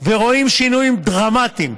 ורואים שינויים דרמטיים.